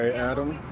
adam,